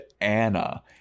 Anna